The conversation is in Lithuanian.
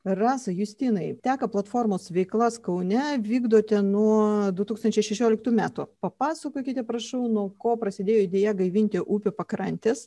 rasa justinai teka platformos veiklas kaune vykdote nuo du tūkstančiai šešioliktų metų papasakokite prašau nuo ko prasidėjo idėja gaivinti upių pakrantes